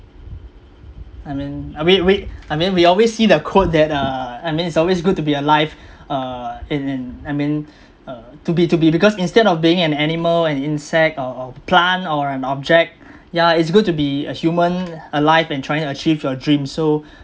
I mean we we I mean we always see the quote that uh I mean it's always good to be alive uh and and I mean uh to be to be because instead of being an animal an insect or or plant or an object yeah it's good to be a human alive and trying to achieve your dream so